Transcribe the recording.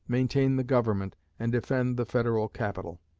maintain the government, and defend the federal capital.